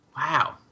Wow